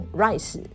rice，